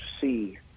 see